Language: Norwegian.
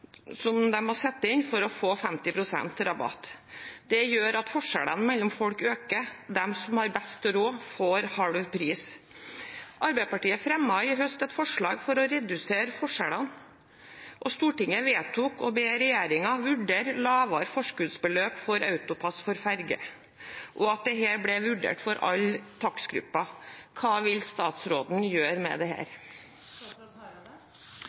Det gjør at forskjellene mellom folk øker. De som har best råd, får halv pris. Arbeiderpartiet fremmet i høst et forslag for å redusere forskjellene. Stortinget vedtok å be regjeringen om å vurdere lavere forskuddsbeløp for AutoPASS for ferje, og at dette blir vurdert for alle takstgrupper. Hva vil statsråden gjøre med dette? Me vil be Statens vegvesen ta ein gjennomgang av rabattsystemet. I dag er det